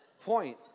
Point